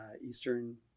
Eastern